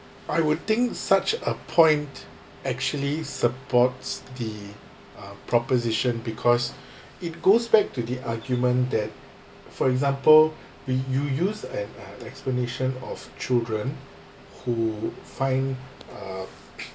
I would think such a point actually supports uh the proposition because it goes back to the argument that for example when you use an uh explanation of children who find uh